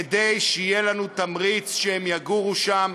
כדי שיהיה לנו תמריץ שהם יגורו שם,